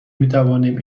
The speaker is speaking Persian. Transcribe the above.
میتوانیم